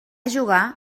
jugar